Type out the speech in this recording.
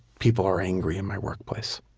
people are angry in my workplace.